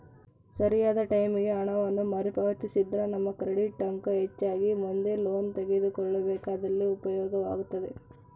ಸರಿಯಾದ ಟೈಮಿಗೆ ಹಣವನ್ನು ಮರುಪಾವತಿಸಿದ್ರ ನಮ್ಮ ಕ್ರೆಡಿಟ್ ಅಂಕ ಹೆಚ್ಚಾಗಿ ಮುಂದೆ ಲೋನ್ ತೆಗೆದುಕೊಳ್ಳಬೇಕಾದಲ್ಲಿ ಉಪಯೋಗವಾಗುತ್ತದೆ